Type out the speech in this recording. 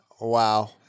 Wow